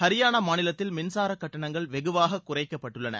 ஹரியானா மாநிலத்தில் மின்சார கட்டணங்கள் வெகுவாக குறைக்கப்பட்டுள்ளன